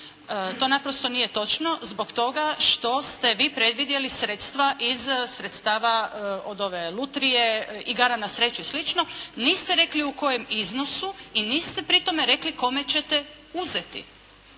To naprosto nije točno zbog toga što ste vi predvidjeli sredstva iz sredstava od ove Lutrije, igara na sreću i slično, niste rekli u kojem iznosu i niste pri tome rekli kome ćete uzeti,